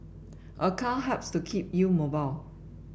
a car helps to keep you mobile